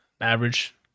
Average